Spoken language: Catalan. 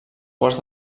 quarts